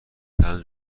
چند